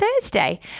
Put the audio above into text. Thursday